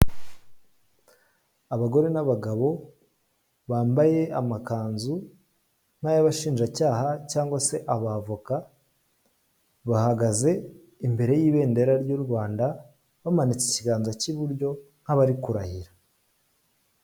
Abagore n'abagabo bambaye amakanzu nk'ay'abashinjacyaha cyangwa se abavoka, bahagaze imbere y'ibendera ry'u Rwanda, bamanitse ikiganza k'iburyo nk'abari kurahira.